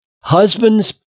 husband's